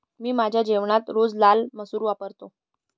मी माझ्या जेवणात रोज लाल मसूर वापरतो